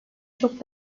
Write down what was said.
çok